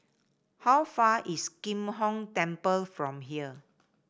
how far is Kim Hong Temple from here